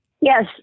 Yes